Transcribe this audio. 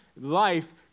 life